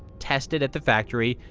tested at the factory,